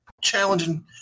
Challenging